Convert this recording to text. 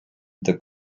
the